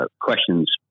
questions